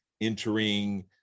entering